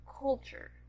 culture